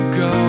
go